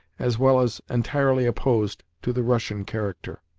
as well as entirely opposed to the russian character.